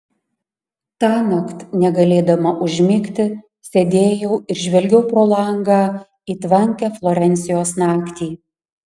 tąnakt negalėdama užmigti sėdėjau ir žvelgiau pro langą į tvankią florencijos naktį